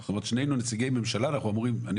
זאת